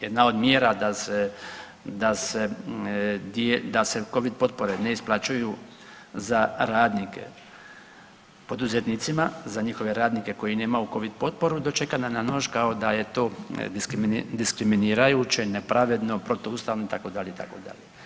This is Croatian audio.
Jedna od mjera da se covid potpore ne isplaćuju za radnike poduzetnicima za njihove radnike koji nema covid potporu dočekana na nož kao da je to diskriminirajuće, nepravedno, protuustavno itd. itd.